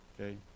okay